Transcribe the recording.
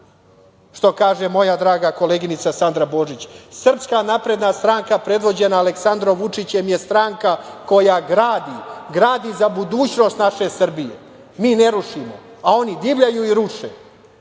Što kaže moja draga koleginica Sandra Božić – Srpska napredna stranka predvođena Aleksandrom Vučićem je stranka koja gradi, gradi za budućnost naše Srbije, mi ne rušimo, a oni divljaju i ruše. Ali,